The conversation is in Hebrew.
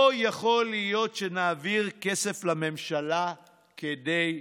לא יכול להיות שנעביר כסף לממשלה כדי לחלק,